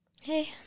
hey